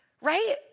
right